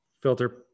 filter